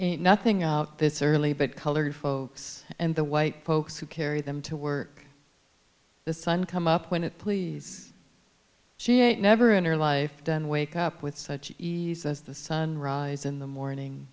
and nothing out this early but colored folks and the white folks who carry them to work the sun come up when it please she ain't never in her life then wake up with such ease as the sun rises in the morning